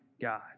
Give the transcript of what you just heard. God